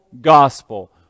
gospel